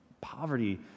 Poverty